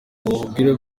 nkubwire